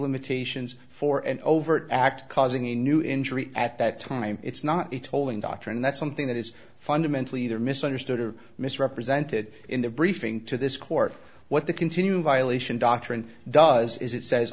limitations for an overt act causing a new injury at that time it's not the tolling doctrine that's something that is fundamentally there misunderstood or misrepresented in the briefing to this court what the continuing violation doctrine does is it says